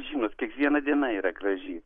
žinot kiekviena diena yra graži